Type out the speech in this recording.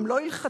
גם לא הלכתית,